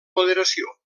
moderació